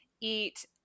eat